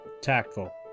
Tactful